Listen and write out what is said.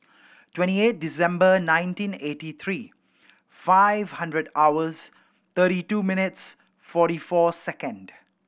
twenty eight December nineteen eighty three five hundred hours thirty two minutes forty four second